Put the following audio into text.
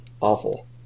Awful